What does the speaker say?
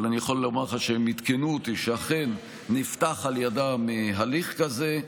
אני יכול לומר לך שהם עדכנו אותי שאכן נפתח עלי ידיהם הליך כזה,